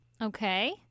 Okay